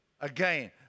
Again